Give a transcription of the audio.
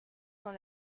dans